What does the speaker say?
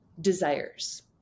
desires